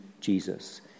Jesus